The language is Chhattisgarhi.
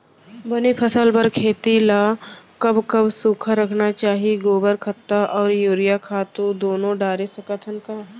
बने फसल बर खेती ल कब कब सूखा रखना चाही, गोबर खत्ता और यूरिया खातू दूनो डारे सकथन का?